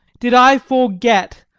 did i forget!